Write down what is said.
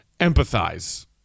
empathize